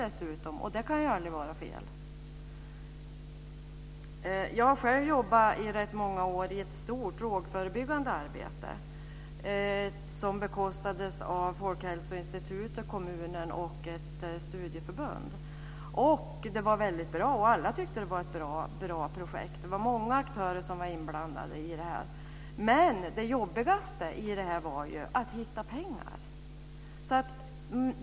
Det kan aldrig vara fel. Jag har själv jobbat i rätt många år i ett stort drogförebyggande arbete som bekostades av Folkhälsoinstitutet, kommunen och ett studieförbund. Alla tyckte att det var ett mycket bra projekt. Det var många aktörer som var inblandade i det. Det jobbigaste var att hitta pengar.